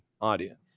audience